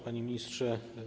Panie Ministrze!